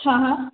हँ हँ